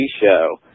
show